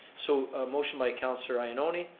so a motion by counselor ioannoni,